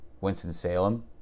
Winston-Salem